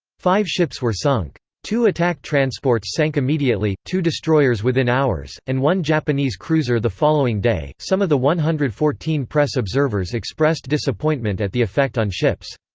five ships were sunk. two attack transports sank immediately, two destroyers within hours, and one japanese cruiser the following day some of the one hundred and fourteen press observers expressed disappointment at the effect on ships.